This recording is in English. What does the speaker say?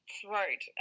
throat